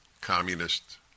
communist